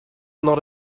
not